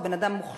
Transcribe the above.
הוא בן-אדם מוכשר,